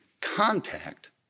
contact